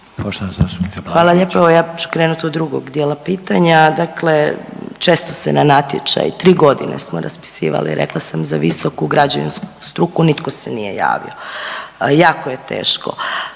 Hvala lijepa. Evo, ja ću krenut od drugog dijela pitanja, dakle često se na natječaj, 3 godine smo raspisivali rekla sam za visoku građevinsku struku, nitko se nije javio. Jako je teško.